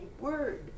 word